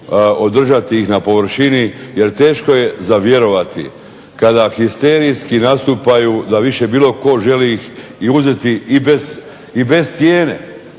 održati ih na površini jer teško je za vjerovati kada histerijski nastupaju da više bilo tko želi ih i uzeti i bez cijene.